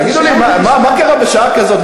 תגידו לי, מה קרה בשעה כזאת?